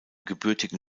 gebürtigen